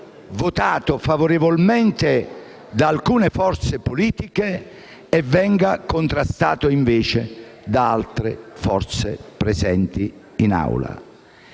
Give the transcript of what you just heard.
votato favorevolmente da alcune forze politiche e contrastato invece da altre forze presenti in Aula.